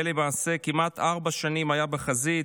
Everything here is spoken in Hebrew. ולמעשה כמעט ארבע שנים היה בחזית,